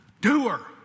Doer